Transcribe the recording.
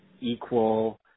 equal